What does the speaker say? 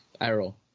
Arrow